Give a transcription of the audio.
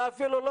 אתה אפילו לא